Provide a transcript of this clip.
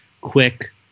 quick